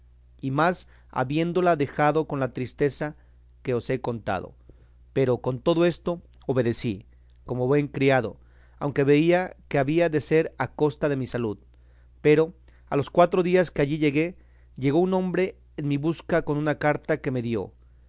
y más habiéndola dejado con la tristeza que os he contado pero con todo esto obedecí como buen criado aunque veía que había de ser a costa de mi salud pero a los cuatro días que allí llegué llegó un hombre en mi busca con una carta que me dio